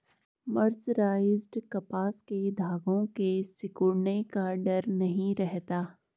mercerised कपास के धागों के सिकुड़ने का डर नहीं रहता